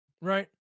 right